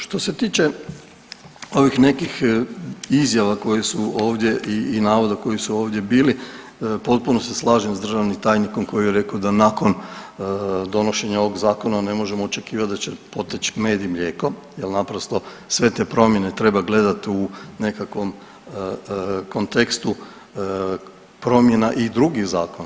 Što se tiče ovih nekih izjava koje su ovdje i navoda koji su ovdje bili, potpuno se slažem s državnim tajnikom koji je rekao da nakon donošenja ovog zakona ne možemo očekivat da će poteć med i mlijeko jer naprosto sve te promjene treba gledat u nekakvom kontekstu promjena i drugih zakona.